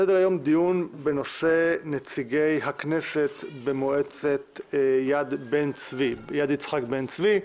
על סדר היום דיון בנושא נציגי הכנסת במועצת יד יצחק בן-צבי.